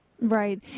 Right